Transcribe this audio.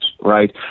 right